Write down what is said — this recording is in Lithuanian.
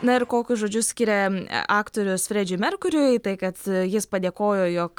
na ir kokius žodžius skiria aktorius fredžiui merkuriuifreddie mercury tai kad jis padėkojo jog